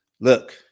Look